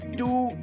two